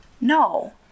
No